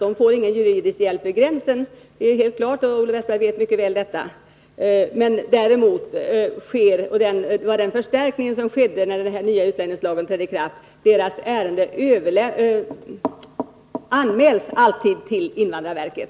De får ingen juridisk hjälp vid gränsen — det är helt klart; och det vet Olle Wästberg i Stockholm mycket väl. Den förstärkning som åstadkoms, när den nya utlänningslagen trädde i kraft, innebär att sådana ärenden alltid anmäls till invandrarverket.